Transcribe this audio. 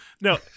No